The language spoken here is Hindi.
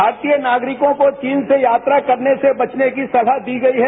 भारतीय नागरिकों को चीन से यात्रा करने से बचने की सलाह दी गई है